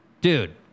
dude